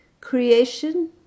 creation